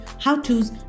how-tos